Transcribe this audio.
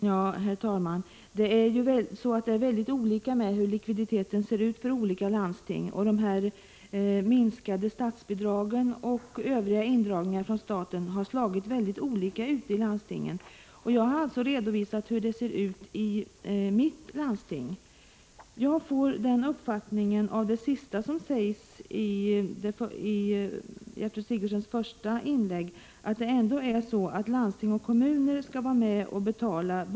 Försvarets inköp av dieselmotorer till kustkorvett 90 har gjorts i Västtyskland. Någon möjlighet för svenska tillverkare av dieselmotorer, som t.ex. Hedemora Verkstäder AB, att lämna anbud förekom inte. Det planeras och pågår en snabb upprustning inom de två områdena äldreomsorg och handikappfrågor. Målet är att också äldre och handikappade skall få leva normalt, få bestämma själva och få rätt till eget boende. Den snabba utvecklingen innebär ökade krav på socialstyrelsens byråer för äldreomsorg och handikappfrågor.